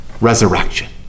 resurrection